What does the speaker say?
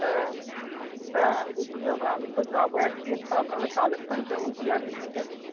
হ্যাঁ হ্যাঁ বলছি দাদা আমি তো যাবো একদিন তা আপনাদের কালেকশান কেমন কি আছে শীতের